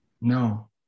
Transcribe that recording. No